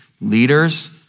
leaders